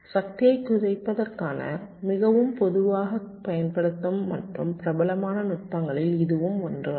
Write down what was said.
சக்தியைக் குறைப்பதற்கான மிகவும் பொதுவாகப் பயன்படுத்தப்படும் மற்றும் பிரபலமான நுட்பங்களில் இதுவும் ஒன்றாகும்